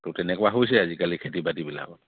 ত' তেনেকুৱা হৈছে আজিকালি খেতি বাতিবিলাকত